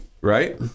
Right